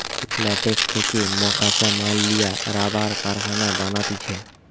latex থেকে মকাঁচা মাল লিয়া রাবার কারখানায় বানাতিছে